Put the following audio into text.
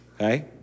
okay